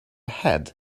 head